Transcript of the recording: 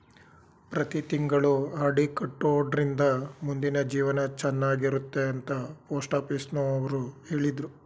ಪ್ರತಿ ತಿಂಗಳು ಆರ್.ಡಿ ಕಟ್ಟೊಡ್ರಿಂದ ಮುಂದಿನ ಜೀವನ ಚನ್ನಾಗಿರುತ್ತೆ ಅಂತ ಪೋಸ್ಟಾಫೀಸುನವ್ರು ಹೇಳಿದ್ರು